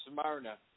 Smyrna